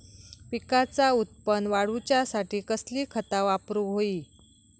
पिकाचा उत्पन वाढवूच्यासाठी कसली खता वापरूक होई?